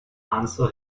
answer